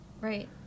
right